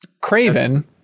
Craven